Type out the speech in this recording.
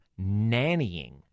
nannying